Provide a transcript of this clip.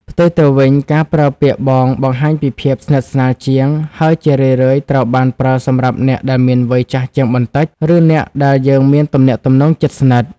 ផ្ទុយទៅវិញ ការប្រើពាក្យ បង បង្ហាញពីភាពស្និទ្ធស្នាលជាង ហើយជារឿយៗត្រូវបានប្រើសម្រាប់អ្នកដែលមានវ័យចាស់ជាងបន្តិច ឬអ្នកដែលយើងមានទំនាក់ទំនងជិតស្និទ្ធ។